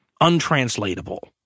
untranslatable